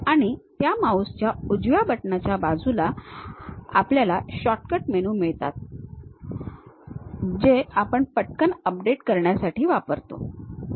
आणि त्या माऊस च्या उजव्या बटणाच्या बाजूला आपल्याला शॉर्टकट मेनू मिळतात जो आपण पटकन अपडेट करण्यासाठी वापरतो